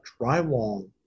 drywall